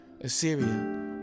Assyria